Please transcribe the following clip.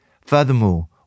Furthermore